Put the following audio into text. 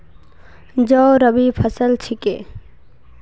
जौ रबी फसल छिके